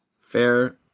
Fair